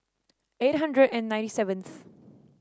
eight hundred and ninety seventh